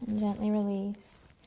gently release,